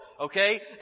Okay